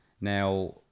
Now